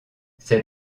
ces